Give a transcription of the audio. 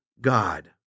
God